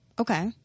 Okay